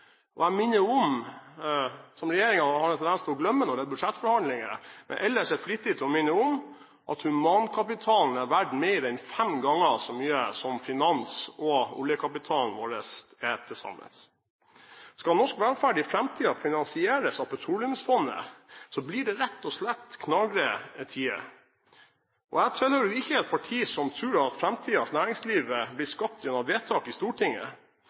og jeg minner om – som regjeringen har en tendens til å glemme når det er budsjettforhandlinger, men som de ellers er flittige til å minne om – at humankapitalen er verdt mer enn fem ganger så mye som finans- og oljekapitalen vår til sammen. Skal norsk velferd i framtiden finansieres av petroleumsfondet, blir det rett og slett «knagre» tider. Jeg tilhører ikke et parti som tror at framtidens næringsliv blir skapt gjennom vedtak i Stortinget.